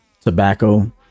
tobacco